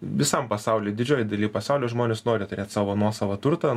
visam pasauly didžiojoj daly pasaulio žmonės nori turėt savo nuosavą turtą